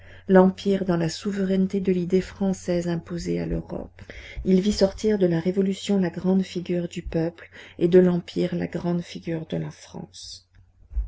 l'empire dans la souveraineté de l'idée française imposée à l'europe il vit sortir de la révolution la grande figure du peuple et de l'empire la grande figure de la france